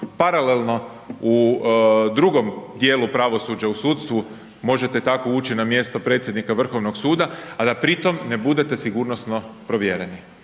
paralelno u drugom dijelu pravosuđa u sudstvu, možete tako ući na mjesto predsjednika Vrhovnog suda, a da pri tom ne budete sigurnosno provjereni